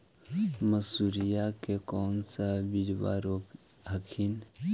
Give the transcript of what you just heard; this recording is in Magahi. मसुरिया के कौन सा बिजबा रोप हखिन?